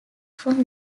from